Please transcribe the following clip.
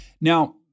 Now